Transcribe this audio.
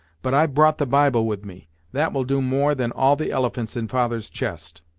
but i've brought the bible with me that will do more than all the elephants in father's chest!